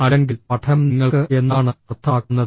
അല്ലെങ്കിൽ പഠനം നിങ്ങൾക്ക് എന്താണ് അർത്ഥമാക്കുന്നത്